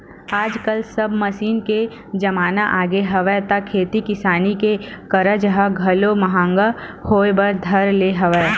आजकल सब मसीन के जमाना आगे हवय त खेती किसानी के कारज ह घलो महंगा होय बर धर ले हवय